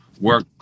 work